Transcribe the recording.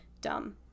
dumb